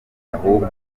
ahubwo